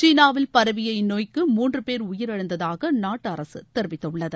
சீனாவில் பரவிய இந்நோய்க்கு மூன்றுபேர் உயிர் இழந்ததாகஅந்நாட்டுஅரசுதெரிவித்துள்ளது